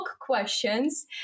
questions